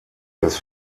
das